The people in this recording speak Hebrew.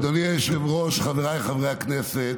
אדוני היושב-ראש, חבריי חברי הכנסת,